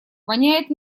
воняет